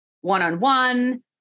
one-on-one